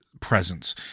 presence